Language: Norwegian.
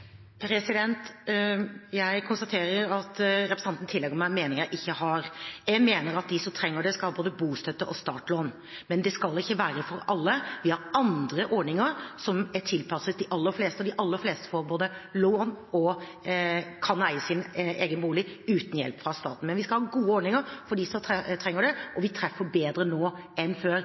Jeg konstaterer at representanten tillegger meg en mening jeg ikke har. Jeg mener at de som trenger det, skal ha både bostøtte og startlån, men det skal ikke være for alle. Vi har andre ordninger som er tilpasset de aller fleste, og de aller fleste får både lån og kan eie sin egen bolig uten hjelp fra staten. Men vi skal ha gode ordninger for dem som trenger det, og vi treffer bedre nå enn før.